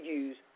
use